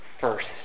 first